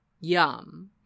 Yum